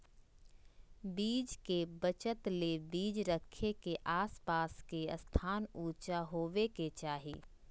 बीज के बचत ले बीज रखे के आस पास के स्थान ऊंचा होबे के चाही